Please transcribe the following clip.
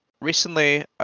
recently